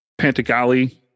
Pantagali